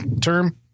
term